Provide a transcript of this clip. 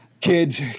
kids